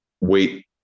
wait